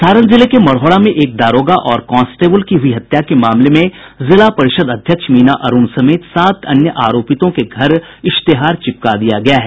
सारण जिले के मढ़ौरा में एक दारोगा और कांस्टेबल की हयी हत्या के मामले में जिला परिषद अध्यक्ष मीना अरूण समेत सात अन्य आरोपितों के घर इश्तेहार चिपका दिया गया है